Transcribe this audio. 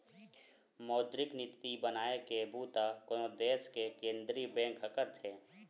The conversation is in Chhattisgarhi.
मौद्रिक नीति बनाए के बूता कोनो देस के केंद्रीय बेंक ह करथे